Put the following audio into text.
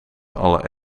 alle